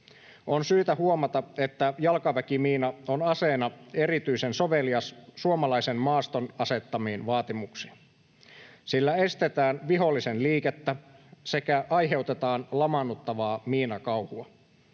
On syytä huomata, että jalkaväkimiina on aseena erityisen sovelias suomalaisen maaston asettamiin vaatimuksiin. Sillä estetään vihollisen liikettä sekä aiheutetaan lamaannuttavaa miinakauhua.